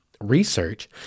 research